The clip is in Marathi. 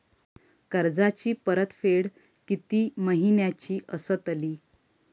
कर्जाची परतफेड कीती महिन्याची असतली?